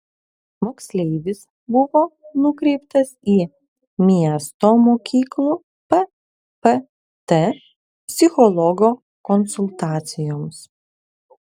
moksleivis buvo nukreiptas į miesto mokyklų ppt psichologo konsultacijoms